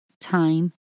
time